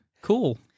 Cool